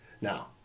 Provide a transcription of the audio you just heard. Now